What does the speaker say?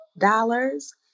dollars